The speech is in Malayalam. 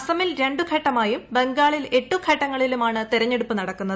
അസ്സമിൽ രണ്ടു ഘട്ടമായും ബംഗാളിൽ എട്ടു ഘട്ടങ്ങളിലുമാണ് തെരഞ്ഞെടുപ്പ് നടക്കുന്നത്